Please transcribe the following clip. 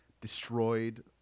destroyed